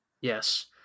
Yes